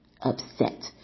upset